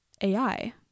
AI